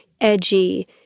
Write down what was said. edgy